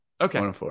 Okay